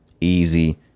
Easy